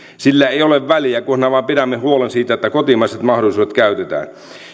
sillä ei ole väliä kunhan vain pidämme huolen siitä että kotimaiset mahdollisuudet käytetään